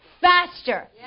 faster